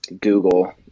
Google